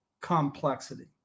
complexity